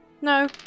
No